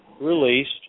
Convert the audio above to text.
released